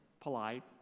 polite